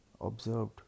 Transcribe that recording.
observed